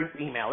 email